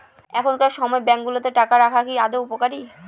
এখনকার সময় ব্যাঙ্কগুলোতে টাকা রাখা কি আদৌ উপকারী?